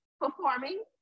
performing